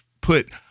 put